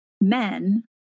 men